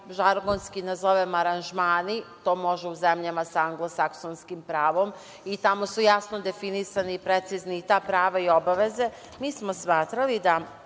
žargonski nazovem, aranžmani, to može u zemljama sa anglosaksonskim pravom, i tamo su jasno definisani, precizni i ta prava i obaveze. Mi smo smatrali da